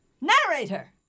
Narrator